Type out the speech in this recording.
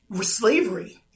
slavery